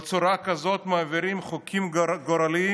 בצורה כזאת מעבירים חוקים גורליים?